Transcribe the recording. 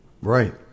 Right